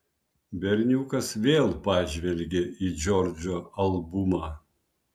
berniukas vėl pažvelgė į džordžo albumą